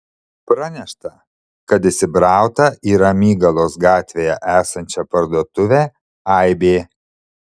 pranešta kad įsibrauta į ramygalos gatvėje esančią parduotuvę aibė